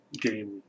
game